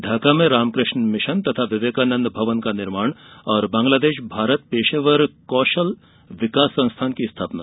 ढाका में रामकृष्ण मिशन विवेकानंद भवन का निर्माण और बांग्लादेश भारत पेशेवर कौशल विकास संस्थान की स्थापना